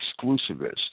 exclusivist